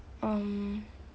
um